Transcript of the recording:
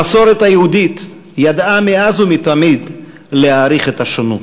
המסורת היהודית ידעה מאז ומתמיד להעריך את השונות.